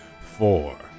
four